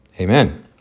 Amen